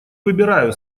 выбираю